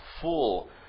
full